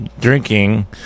drinking